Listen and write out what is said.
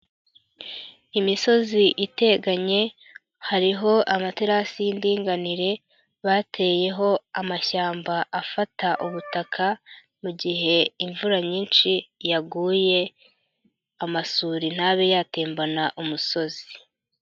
Imisozi iteganye, hariho amaterasi y'indinganire, bateyeho amashyamba afata ubutaka, mu gihe imvura nyinshi yaguye, amasuritabe yatembana umusozi.